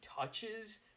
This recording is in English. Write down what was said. touches